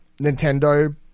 Nintendo